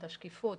את השקיפות,